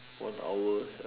one hour